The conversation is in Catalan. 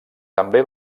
també